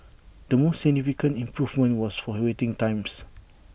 the most significant improvement was for waiting times